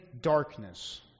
darkness